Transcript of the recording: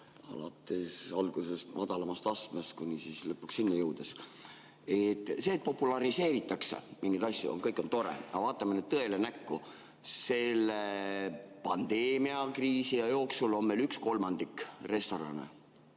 alates algusest, madalamast astmest, kuni lõpuks selleni jõudes. See, et populariseeritakse mingeid asju, on kõik tore, aga vaatame nüüd tõele näkku. Selle pandeemia ja kriisiaja jooksul on meil üks kolmandik restorane